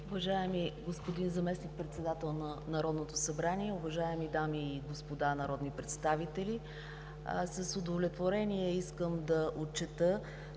Уважаеми господин Заместник-председател на Народното събрание, уважаеми дами и господа народни представители! С удовлетворение искам да отчета,